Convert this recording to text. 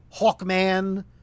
Hawkman